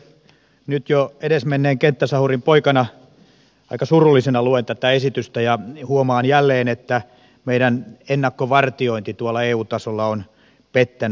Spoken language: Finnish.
nyt jo edesmenneen kenttäsahurin poikana aika surullisena luen tätä esitystä ja huomaan jälleen että meidän ennakkovartiointimme tuolla eu tasolla on pettänyt